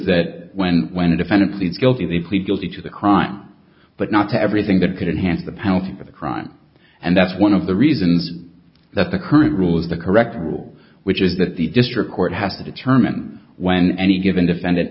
that when when a defendant pleads guilty they plead guilty to the crime but not to everything that could enhance the penalty of a crime and that's one of the reasons that the current rule is the correct rule which is that the district court has to determine when any given defend